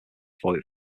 foyt